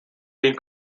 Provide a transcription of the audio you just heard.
being